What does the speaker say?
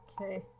okay